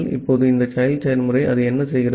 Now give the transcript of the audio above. இப்போது இந்த child செயல்முறை அது என்ன செய்கிறது